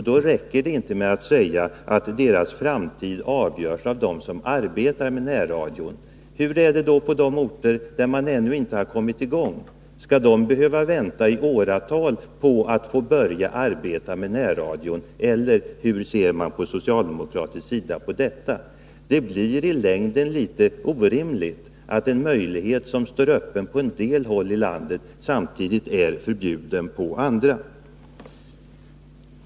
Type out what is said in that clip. Då räcker det inte med att säga att deras framtida verksamhet på det här området avgörs av dem som arbetar med närradion. Hur är det på de orter där man ännu inte kommit i gång? Skall man där behöva vänta i åratal på att få börja arbeta med närradion? Eller hur ser socialdemokraterna på detta? I längden är det orimligt att en verksamhet som står öppen på en del håll i landet samtidigt är förbjuden på andra håll.